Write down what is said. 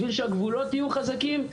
בשביל שהגבולות יהיו חזקים,